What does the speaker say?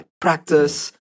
practice